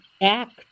act